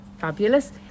Fabulous